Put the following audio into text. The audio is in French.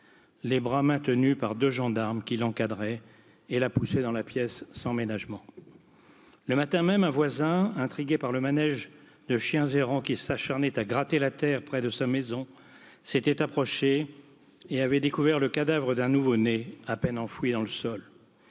Les bras maintenus par deux gendarmes qui l'encadrent et la poussaient dans la pièce sans ménagement. Le matin même, un voisin, intrigué par le manège de chiens errants qui s'acharnaient à gratter la terre près de sa maison, s'était approché et avait découvert le cadavre d'un nouveau né à peine enfoui dans le sol.